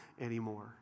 anymore